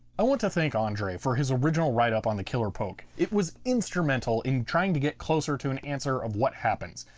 i want to thank andre for his original write up on the killer poke, it was instrumental in trying to get closer to an answer answer of what happens.